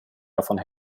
davon